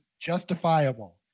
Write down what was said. justifiable